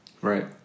Right